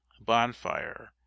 Bonfire